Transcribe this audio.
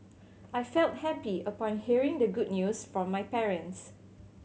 I felt happy upon hearing the good news from my parents